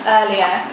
earlier